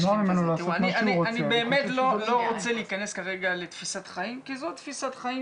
אני באמת לא רוצה להיכנס כרגע לתפיסת חיים כי זאת תפיסת חיים